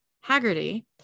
Haggerty